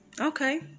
Okay